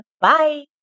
bye